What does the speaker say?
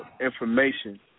information